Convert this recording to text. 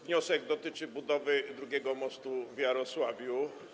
Wniosek dotyczy budowy drugiego mostu w Jarosławiu.